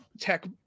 tech